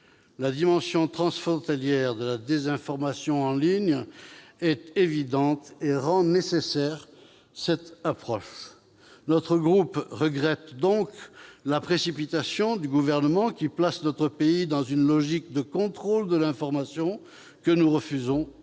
La dimension transfrontalière de la désinformation en ligne est évidente et rend nécessaire cette approche. Notre groupe regrette donc la précipitation du Gouvernement, qui place notre pays dans une logique de contrôle de l'information, que nous refusons d'entériner.